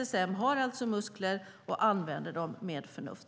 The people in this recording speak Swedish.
SSM har alltså muskler och använder dem med förnuft.